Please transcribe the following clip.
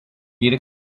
geri